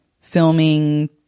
filming